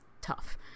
tough